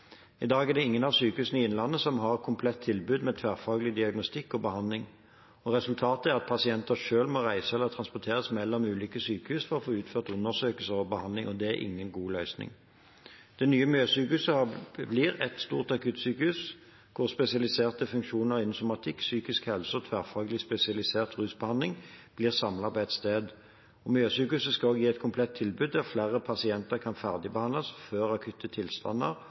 I dag er det ingen av sykehusene i Innlandet som har et komplett tilbud med tverrfaglig diagnostikk og behandling. Resultatet er at pasienter selv må reise eller transporteres mellom ulike sykehus for å få utført undersøkelser og behandling. Dette er ingen god løsning. Det nye Mjøssykehuset blir ett stort akuttsykehus hvor spesialiserte funksjoner innen somatikk, psykisk helsevern og tverrfaglig spesialisert rusbehandling blir samlet på ett sted. Mjøssykehuset skal gi et komplett tilbud der flere pasienter kan ferdigbehandles for akutte tilstander